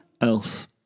else